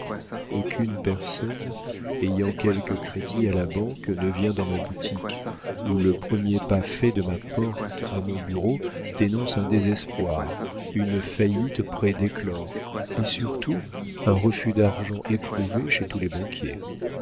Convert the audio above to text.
aucune personne ayant quelque crédit à la banque ne vient dans ma boutique où le premier pas fait de ma porte à mon bureau dénonce un désespoir une faillite près d'éclore et surtout un refus d'argent éprouvé chez tous les banquiers